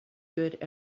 good